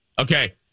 Okay